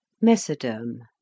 MESODERM